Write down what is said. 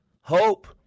Hope